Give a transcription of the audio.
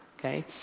okay